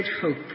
hope